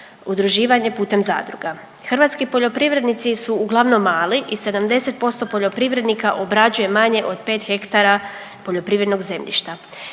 udruživanje putem zadruga. Hrvatski poljoprivrednici su uglavnom mali i 70% poljoprivrednika obrađuje manje od 5 hektara poljoprivrednog zemljišta.